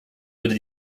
würde